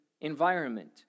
environment